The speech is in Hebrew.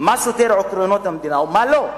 מה סותר את עקרונות המדינה ומה לא?